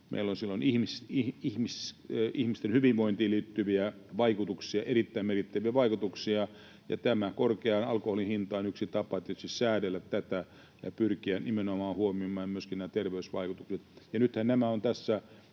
meillä on ihmisten hyvinvointiin liittyviä erittäin merkittäviä vaikutuksia, ja korkea alkoholin hinta on yksi tapa tietysti säädellä tätä ja pyrkiä nimenomaan huomioimaan myöskin nämä terveysvaikutukset.